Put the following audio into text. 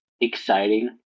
exciting